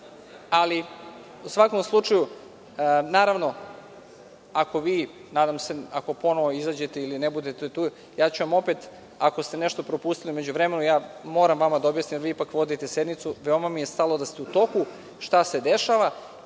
Ali, u svakom slučaju, naravno ako vi, nadam se ako ponovo izađete ili ne budete tu, ja ću vam opet ako ste nešto propustili u međuvremenu moram vama da objasnim, jer vi ipak vodite sednicu. Veoma mi je stalo da ste u toku šta se dešava